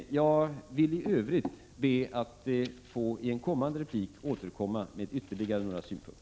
I övrigt ber jag att få återkomma i en senare replik med ytterligare några synpunkter.